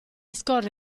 scorre